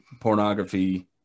pornography